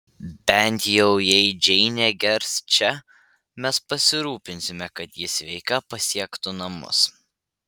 bent jau jei džeinė gers čia mes pasirūpinsime kad ji sveika pasiektų namus